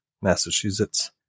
Massachusetts